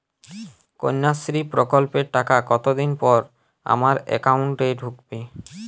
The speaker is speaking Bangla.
কন্যাশ্রী প্রকল্পের টাকা কতদিন পর আমার অ্যাকাউন্ট এ ঢুকবে?